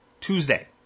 Tuesday